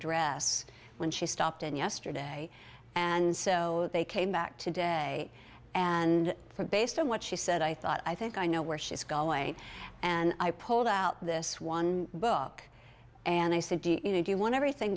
dress when she stopped in yesterday and so they came back today and for based on what she said i thought i think i know where she's going and i pulled out this one book and i said you know do you want everything